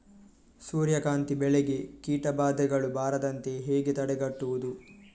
ಸೂರ್ಯಕಾಂತಿ ಬೆಳೆಗೆ ಕೀಟಬಾಧೆಗಳು ಬಾರದಂತೆ ಹೇಗೆ ತಡೆಗಟ್ಟುವುದು?